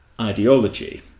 ideology